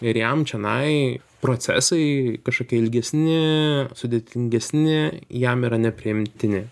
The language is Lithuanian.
ir jam čionai procesai kažkokie ilgesni sudėtingesni jam yra nepriimtini